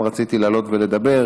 גם אני רציתי לעלות ולדבר,